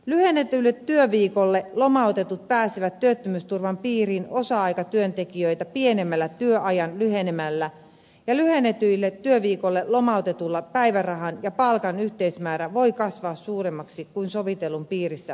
lyhennetylle työviikolle lomautetut pääsevät työttömyysturvan piiriin osa aikatyöntekijöitä pienemmällä työajan lyhenemällä ja lyhennetylle työviikolle lomautetulla päivärahan ja palkan yhteismäärä voi kasvaa suuremmaksi kuin sovitellun piirissä olevilla